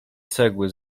cegły